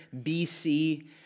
BC